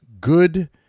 good